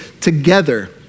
together